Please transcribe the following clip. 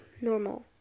normal